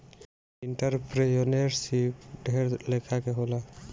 entrepreneurship ढेर लेखा के होला